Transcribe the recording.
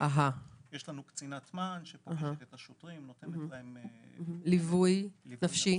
יש לנו קצינה מע"ן שפוגשת את השוטרים ונותנת להם ליווי נפשי